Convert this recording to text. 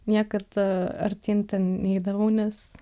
niekad a artyn neidavau nes